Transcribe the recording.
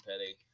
Petty